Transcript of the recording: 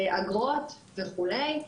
אגרות וכולי.